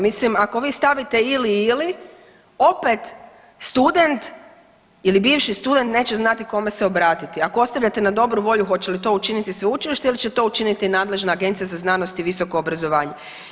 Mislim, ako vi stavite ili-ili opet student ili bivši student neće znati kome se obratiti, ako ostavljate na dobru volju hoće li to učiniti sveučilište ili će to učiniti nadležna Agencija za znanost i visoko obrazovanje.